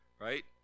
right